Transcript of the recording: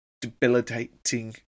Debilitating